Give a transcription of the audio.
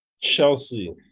Chelsea